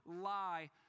lie